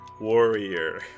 warrior